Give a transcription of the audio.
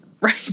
Right